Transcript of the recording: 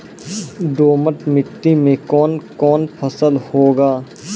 दोमट मिट्टी मे कौन कौन फसल होगा?